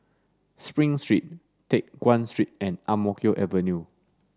Spring Street Teck Guan Street and Ang Mo Kio Avenue